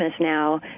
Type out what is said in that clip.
now